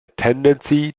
tendency